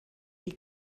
die